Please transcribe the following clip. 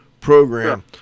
program